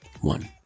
One